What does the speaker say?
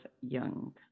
young